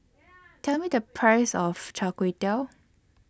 Tell Me The Price of Chai Kway